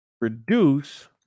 reduce